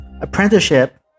apprenticeship